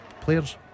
players